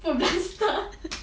put plaster